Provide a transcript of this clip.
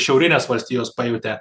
šiaurinės valstijos pajautė